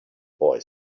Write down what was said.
boy